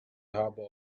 harbor